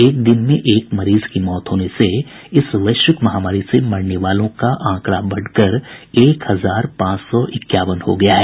एक दिन में एक मरीज की मौत होने से इस वैश्विक महामारी से मरने वालों को आंकड़ा बढ़कर एक हजार पांच सौ इक्यावन हो गया है